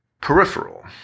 peripheral